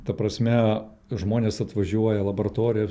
ta prasme žmonės atvažiuoja laboratorija